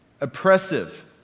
oppressive